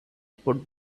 put